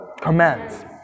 Commands